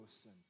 sin